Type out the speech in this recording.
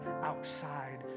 outside